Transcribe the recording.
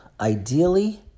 ideally